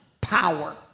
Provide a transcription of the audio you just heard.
power